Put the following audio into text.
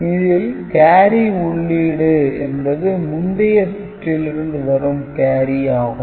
இதில் கேரி உள்ளீடு என்பது முந்தைய சுற்றிலிருந்து வரும் கேரி ஆகும்